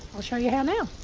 i'll show you how now.